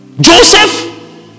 Joseph